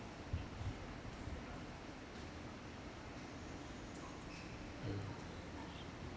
mm